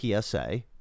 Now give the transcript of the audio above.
PSA